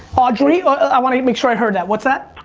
audrey, i want to make sure i heard that. what's that?